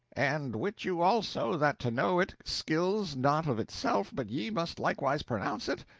and wit you also that to know it skills not of itself, but ye must likewise pronounce it?